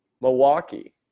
Milwaukee